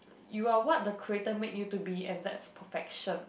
you are what the creator make you to be and that's perfection